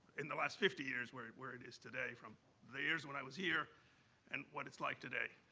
in the last fifty years, where it where it is today, from the years when i was here and what it's like today.